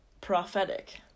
prophetic